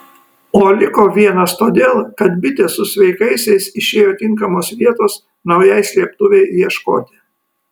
o liko vienas todėl kad bitė su sveikaisiais išėjo tinkamos vietos naujai slėptuvei ieškoti